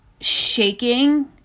shaking